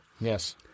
Yes